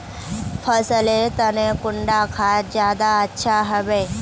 फसल लेर तने कुंडा खाद ज्यादा अच्छा हेवै?